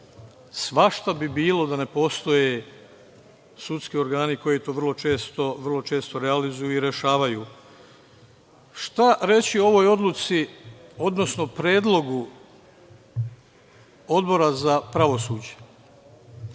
svašta bi bilo da ne postoje sudski organi koji to vrlo često realizuju i rešavaju. Šta reći o ovoj odluci, odnosno Predlogu Odbora za pravosuđe?